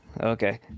Okay